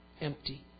empty